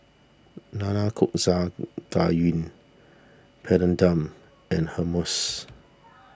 Nanakusa Gayu Papadum and Hummus